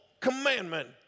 commandment